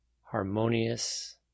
harmonious